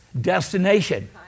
destination